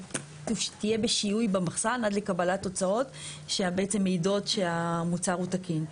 היא תהיה בשיהוי במחסן עד לקבלת תוצאות שבעצם מעידות שהמוצר הוא תקין.